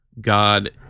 God